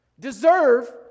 Deserve